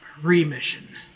remission